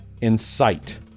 incite